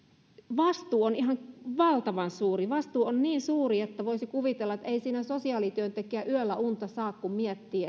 vastuu on ihan valtavan suuri vastuu on niin suuri että voisi kuvitella että ei siinä sosiaalityöntekijä yöllä unta saa kun hän miettii